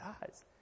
guys